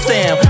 Sam